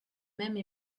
même